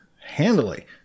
handily